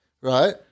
right